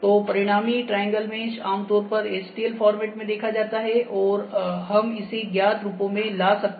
तो परिणामी triangle mesh आमतौर पर stl फॉर्मेट में देखा जाता है और हम इसे ज्ञात रूपों में ला सकते हैं